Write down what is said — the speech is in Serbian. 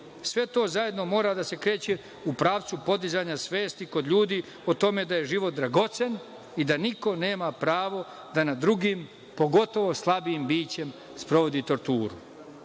Sve to zajedno mora da se kreće u pravcu podizanja svesti kod ljudi o tome da je život dragocen i da niko nema pravo da nad drugim, pogotovo slabijim bićem, sprovodi torturu. Verujem